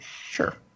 Sure